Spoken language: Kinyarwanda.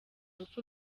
rupfu